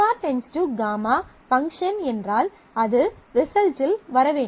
α → γ function என்றால் அது ரிசல்ட்டில் வர வேண்டும்